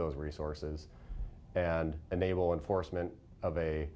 those resources and unable enforcement of a